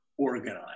organized